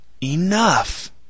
Enough